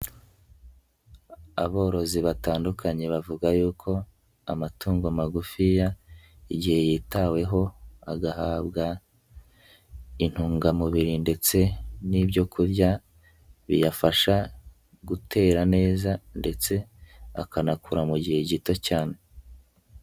Aborozi batandukanye bavuga yuko amatungo magufiya igihe yitaweho agahabwa intungamubiri ndetse n'ibyo kurya biyafasha gutera neza ndetse akanakura mu gihe gito cyane.